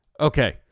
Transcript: Okay